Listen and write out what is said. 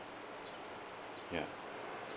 ya